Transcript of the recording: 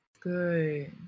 good